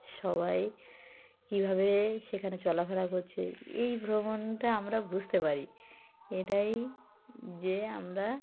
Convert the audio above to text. সবাই কীভাবে সেখানে চলাফেরা করছে এই ভ্রমণটা আমরা বুঝতে পারি এটাই যে আমরা